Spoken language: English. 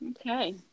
okay